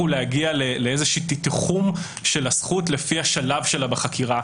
להגיע לאיזשהו תיחום של הזכות לפי השלב שלה בחקירה.